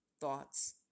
thoughts